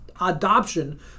adoption